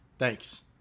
Thanks